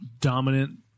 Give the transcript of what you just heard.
dominant